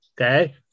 Okay